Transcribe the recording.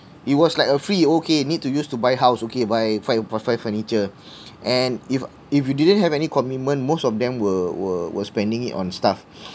it was like a free okay need to use to buy house okay buy find find furniture and if if you didn't have any commitment most of them will will will spending on stuff